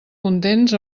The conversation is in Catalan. contents